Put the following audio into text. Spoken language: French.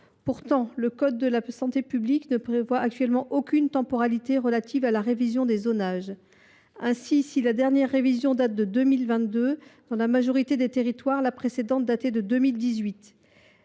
Pourtant, le code de la santé publique ne prévoit actuellement aucune temporalité relative à la révision des zonages. Ainsi, si la dernière révision date de 2022, la précédente datait de 2018